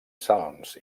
salms